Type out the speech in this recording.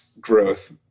growth